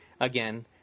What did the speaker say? Again